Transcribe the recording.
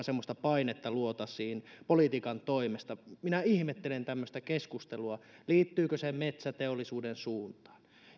semmoista painetta luotaisiin politiikan toimesta minä ihmettelen tämmöistä keskustelua liittyykö se metsäteollisuuden suuntaan